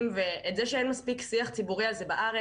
ואת זה שאין מספיק שיח ציבורי על זה בארץ